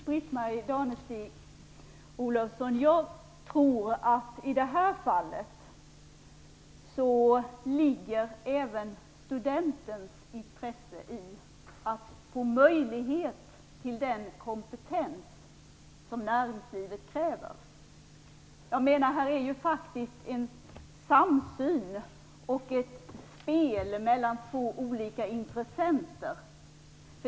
Fru talman! I det här fallet tror jag att även studentens intresse ligger i möjligheten att få den kompetens som näringslivet kräver. Det handlar om en samsyn och ett spel mellan två olika intressenter.